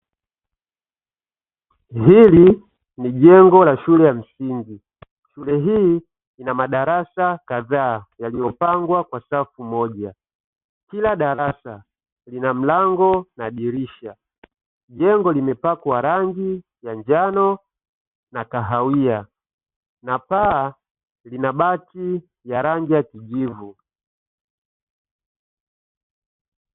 Hili ni jengo la shule ya msingi shule hii ina madarasa kadhaa yaliyopangwa kwa safu moja, kila darasa lina mlango na dirisha. Jengo limepakwa rangi ya njano na kahawia na paa lina bati ya rangi ya kijivu.